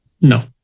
No